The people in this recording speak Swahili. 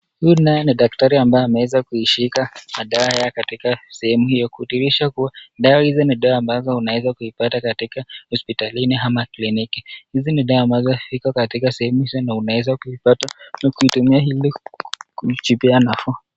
Huyu naye ni daktari ambaye ameweza kuishika madawa katika sehemu hiyo; kudhihirisha kuwa dawa hizi ni dawa ambazo unaweza kuipata katika hospitalini ama kliniki. Hizi ni dawa ambazo ziko katika sehemu hizo na unaweza kuipata na kuitumia ili kujipea nafuu.